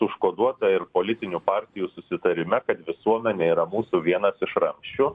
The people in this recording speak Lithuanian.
užkoduota ir politinių partijų susitarime kad visuomenė yra mūsų vienas iš ramsčių